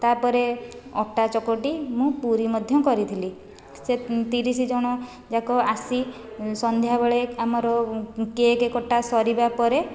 ତା'ପରେ ଅଟା ଚକଟି ମୁଁ ପୁରି ମଧ୍ୟ କରିଥିଲି ସେ ତିରିଶ ଜଣଯାକ ଆସି ସନ୍ଧ୍ୟା ବେଳେ ଆମର କେକ୍ କଟା ସରିବା ପରେ